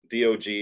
dog